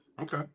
Okay